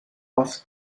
aus